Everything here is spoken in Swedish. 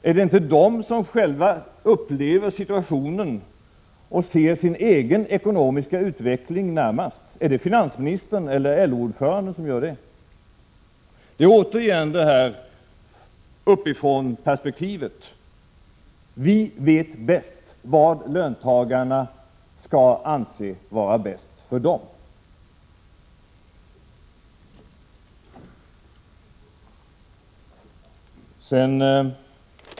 Är det de som själva upplever situationen som ser sin egen ekonomiska utveckling bäst, eller är det finansministern eller LO-ordföranden som gör det? Här finns återigen uppifrånperspektivet — vi vet bäst vad löntagarna skall anse vara bäst för dem!